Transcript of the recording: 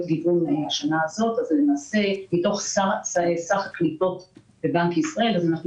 גיוון בשנה הזאת מתוך סך הקליטות בבנק ישראל אז אנחנו